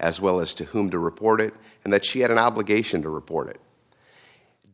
as well as to whom to report it and that she had an obligation to report it